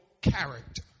character